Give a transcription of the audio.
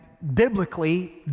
Biblically